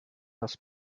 das